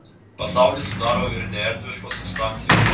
pasaulį sudaro ir neerdviškos substancijos